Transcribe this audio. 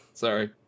Sorry